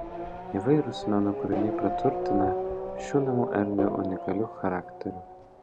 įvairūs meno kūriniai praturtina šių namų erdvę unikaliu charakteriu